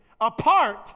apart